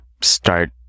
start